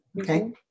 Okay